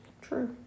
True